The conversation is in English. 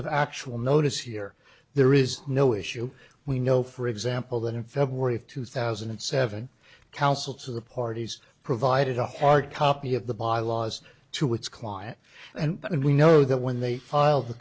of actual notice here there is no issue we know for example that in february of two thousand and seven counsel to the parties provided a hard copy of the bylaws to its client and but and we know that when they filed